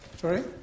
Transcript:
Sorry